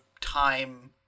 time